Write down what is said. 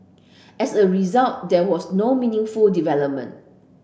as a result there was no meaningful development